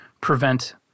prevent